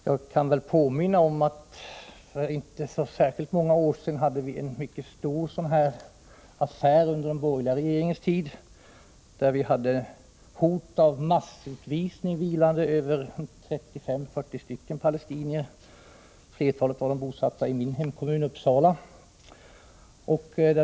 Jag kan påminna om att vi för inte särskilt många år sedan hade en mycket stor sådan här affär under den borgerliga regeringens tid. Hot om massutvisning vilade över 35-40 palestinier, flertalet av dem bosatta i min hemkommun, Uppsala.